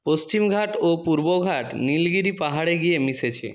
পশ্চিমঘাট ও পূর্বঘাট নীলগিরি পাহাড়ে গিয়ে মিশেছে